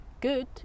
good